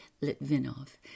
Litvinov